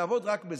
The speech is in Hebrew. תעמוד רק בזה.